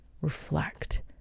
reflect